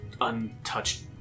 untouched